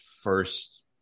first